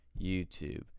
YouTube